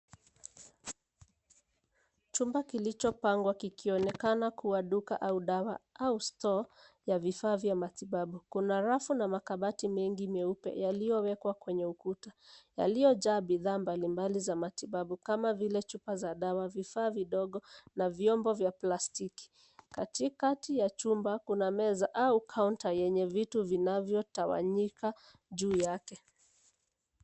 Chumba kilichopangwa kikionekana kuwa duka au dawa au store ya vifaa vya matibabu. Kuna rafu na makabati mengi meupe yaliyowekwa kwenye ukuta yaliyojaa bidhaa mbalimbali za matibabu kama vile chupa za dawa, vifaa vidogo na vyombo vya plastiki. Katikati ya chumba kuna meza au kaunta yenye vitu vinavyotawanyika juu yake.